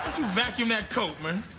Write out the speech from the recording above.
you vacuum that coat, man?